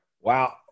Wow